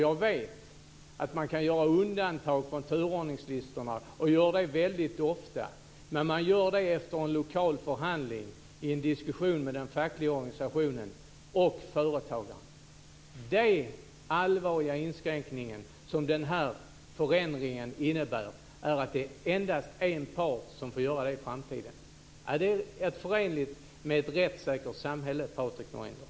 Jag vet att man kan göra undantag från turordningslistorna och gör det väldigt ofta. Men man gör det efter en lokal förhandling i en diskussion med den fackliga organisationen och företagaren. Den allvarliga inskränkning som den här förändringen innebär är att endast en part får göra detta i framtiden. Är det förenligt med ett rättssäkert samhälle, Patrik Norinder?